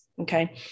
okay